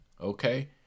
okay